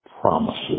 promises